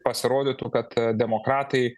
pasirodytų kad demokratai